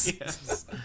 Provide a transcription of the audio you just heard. Yes